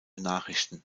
nachrichten